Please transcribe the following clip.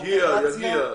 יגיע, יגיע.